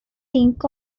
think